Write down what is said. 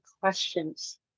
questions